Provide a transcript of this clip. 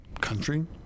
country